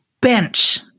bench